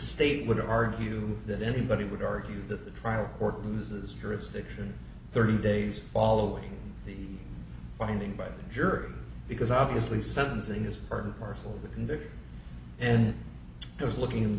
state would argue that anybody would argue that the trial court loses jurisdiction thirty days following the finding by a juror because obviously sentencing is part and parcel to convict and those looking